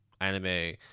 anime